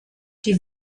die